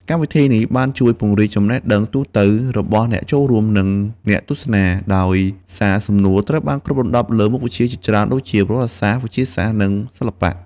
កម្មវិធីនេះបានជួយពង្រីកចំណេះដឹងទូទៅរបស់អ្នកចូលរួម និងអ្នកទស្សនា ដោយសារសំណួរត្រូវបានគ្របដណ្ដប់លើមុខវិជ្ជាជាច្រើនដូចជា ប្រវត្តិសាស្ត្រ វិទ្យាសាស្ត្រ និងសិល្បៈ។